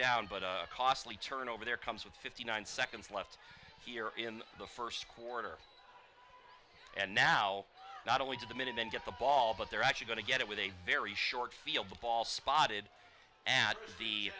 down but costly turnover there comes with fifty nine seconds left here in the first quarter and now not only did the minutemen get the ball but they're actually going to get it with a very short field the ball spotted at the